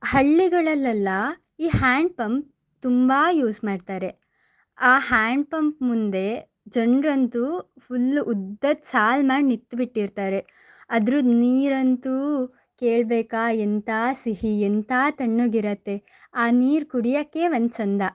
ಹಳ್ಳಿಗಳಲ್ಲೆಲ್ಲ ಈ ಹ್ಯಾಂಡ್ಪಂಪ್ ತುಂಬ ಯೂಸ್ ಮಾಡ್ತಾರೆ ಆ ಹ್ಯಾಂಡ್ಪಂಪ್ ಮುಂದೆ ಜನರಂತೂ ಫುಲ್ಲು ಉದ್ದದ ಸಾಲು ಮಾಡಿ ನಿಂತ್ ಬಿಟ್ಟಿರ್ತಾರೆ ಅದ್ರದು ನೀರಂತೂ ಕೇಳಬೇಕಾ ಎಂಥಾ ಸಿಹಿ ಎಂಥಾ ತಣ್ಣಗಿರತ್ತೆ ಆ ನೀರು ಕುಡಿಯೋಕ್ಕೆ ಒಂದು ಚೆಂದ